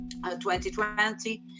2020